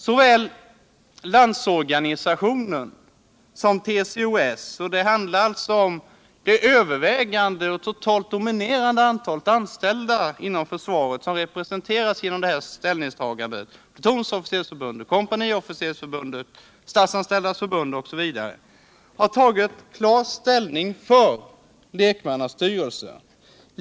Såväl Landsorganisationen som TCO-S — det handlar alltså om det totalt dominerande antalet anställda inom försvaret, i Plutonsofficersförbundet, Kompaniofficersförbundet, Statsanställdas förbund osv. — har klart tagit ställning för lekmannastyrelse.